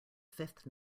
fifth